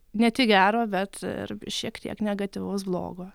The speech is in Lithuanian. ne tik gero bet ir šiek tiek negatyvaus blogo